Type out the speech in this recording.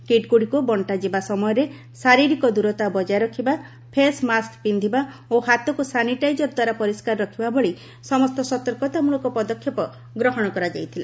କିଟ୍ଗୁଡ଼ିକୁ ବର୍ଷାଯିବା ସମୟରେ ଶାରୀରିକ ଦୂରତା ବଜାୟ ରଖିବା ଫେସ୍ ମାସ୍କ ପିନ୍ଧିବା ଓ ହାତକୁ ସାନିଟାଇଜର ଦ୍ୱାରା ପରିଷ୍କାର ରଖିବା ଭଳି ସମସ୍ତ ସତର୍କତାମୃଳକ ପଦକ୍ଷେପ ଗ୍ରହଣ କରାଯାଇଥିଲା